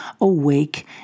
awake